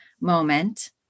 moment